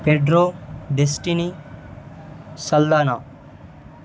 Pedro Destiny Saldanha